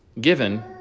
given